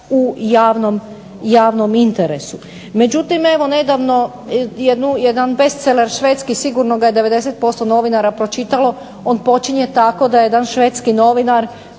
u javnom interesu.